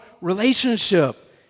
relationship